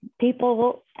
people